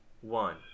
one